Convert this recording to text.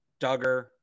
Duggar